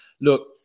look